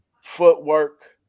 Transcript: footwork